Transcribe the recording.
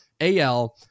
al